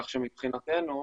מבחינתנו,